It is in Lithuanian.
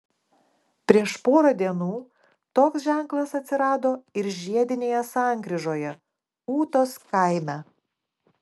prieš porą dienų toks ženklas atsirado ir žiedinėje sankryžoje ūtos kaime